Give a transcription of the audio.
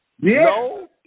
No